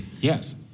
Yes